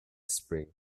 spring